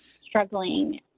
struggling